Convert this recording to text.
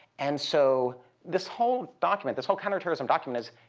and so this whole document this whole counter-terrorism document is